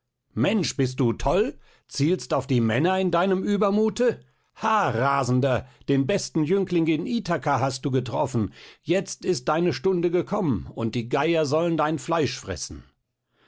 mensch bist du toll zielst auf die männer in deinem übermute ha rasender den besten jüngling in ithaka hast du getroffen jetzt ist deine stunde gekommen und die geier sollen dein fleisch fressen